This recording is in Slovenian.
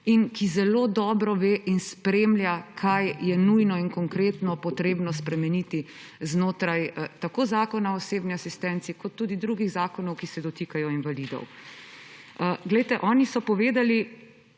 in ki zelo dobro ve in spremlja, kaj je nujno in konkretno treba spremeniti znotraj tako Zakona o osebni asistenci kot tudi drugih zakonov, ki se dotikajo invalidov. Oni so povedali,